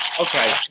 Okay